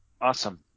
awesome